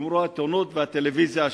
יאמרו: העיתונות והטלוויזיה אשמות.